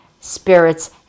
spirits